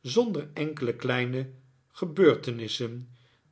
zonder enkele kleine gebeurtenissen